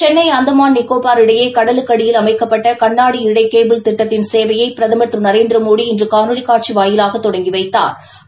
சென்னை அந்தமான் நிகோபார் இடையே கடலுக்கு அடியில் அமைக்கப்பட்ட கண்ணாடி இழை கேபிள் திட்டத்தின் சேவையை பிரதமர் திரு நரேந்திரமோடி மோடி இன்று காணொலி காட்சி வாயிலாக தொடங்கி வைத்தாா்